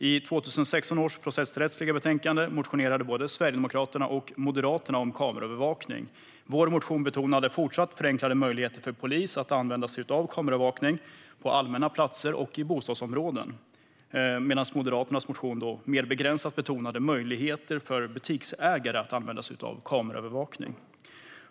I 2016 års processrättsliga betänkande motionerade både Sverigedemokraterna och Moderaterna om kameraövervakning. Vår motion betonade även då förenklade möjligheter för polis att använda kameraövervakning på allmänna platser och i bostadsområden medan Moderaternas motion mer begränsat betonade möjligheter för butiksägare att använda sig av kameraövervakning.